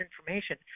information